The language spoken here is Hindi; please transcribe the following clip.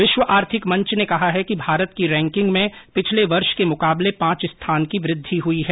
विश्व आर्थिक मंच ने कहा कि भारत की रैंकिंग में पिछले वर्ष के मुकाबले पांच स्थान की वृद्वि हुई है